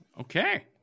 okay